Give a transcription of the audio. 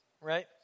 right